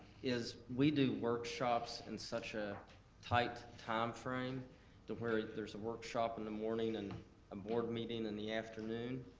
is we do workshops in such a tight timeframe to where there's a workshop in the morning and a board meeting in the afternoon,